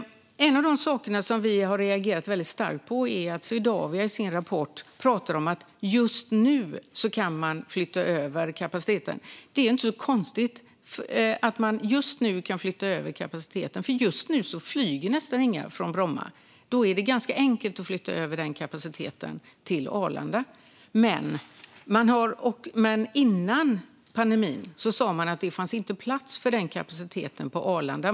En av de saker som vi har reagerat väldigt starkt på är att Swedavia i sin rapport talar om att man just nu kan flytta över kapaciteten. Det är inte så konstigt att man just nu kan flytta över kapaciteten, för just nu flyger nästan ingen från Bromma. Då är det ganska enkelt att flytta över den kapaciteten till Arlanda. Men före pandemin sa man att det inte fanns plats för den kapaciteten på Arlanda.